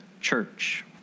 church